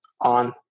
on